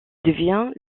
devint